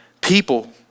people